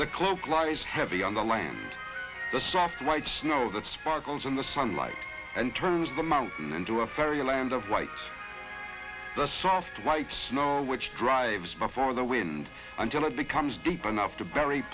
the cloak lies heavy on the land the soft white snow that sparkles in the sunlight and turns the mountain into a fairyland of white the soft white snow which drives before the wind until it becomes deep enough to bury